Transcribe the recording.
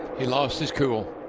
he lost his tool.